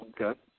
Okay